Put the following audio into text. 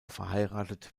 verheiratet